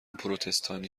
پروتستانی